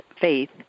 faith